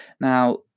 Now